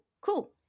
cool